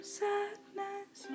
sadness